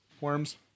worms